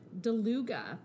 DeLuga